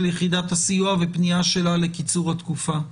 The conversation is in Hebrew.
יחידת הסיוע ופנייה שלה לקיצור התקופה?